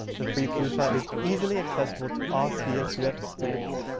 the free flu shot is easily accessible to all csuf students.